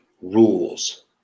rules